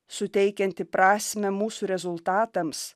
suteikiantį prasmę mūsų rezultatams